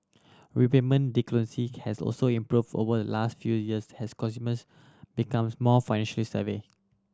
repayment delinquency has also improved over the last few years has consumers becomes more financially savvy